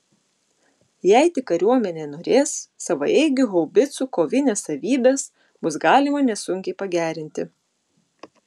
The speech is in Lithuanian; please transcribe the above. jei tik kariuomenė norės savaeigių haubicų kovinės savybės bus galima nesunkiai pagerinti